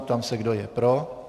Ptám se, kdo je pro.